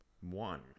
one